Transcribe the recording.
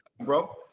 bro